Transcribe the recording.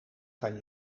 kan